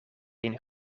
een